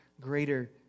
greater